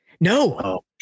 No